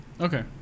okay